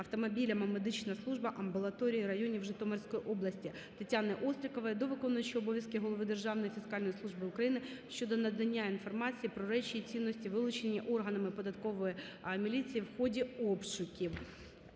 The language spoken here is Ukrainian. автомобілями "Медична служба" амбулаторій районів Житомирської області. Тетяни Острікової до виконуючого обов'язки голови Державної фіскальної служби України щодо надання інформації про речі і цінності вилучені органами податкової міліції в ході обшуків.